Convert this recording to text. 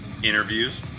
interviews